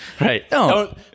Right